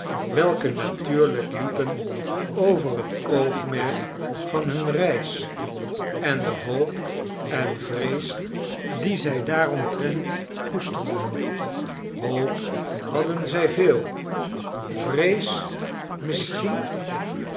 welke natuurlijk liepen over het oogmerk van hunne reis en de hoop en vrees die zij daaromtrent koesterden hoop hadden zij veel vrees misschien